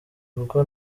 kuko